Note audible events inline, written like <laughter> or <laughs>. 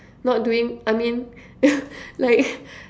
not doing I mean <laughs> like